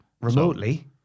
Remotely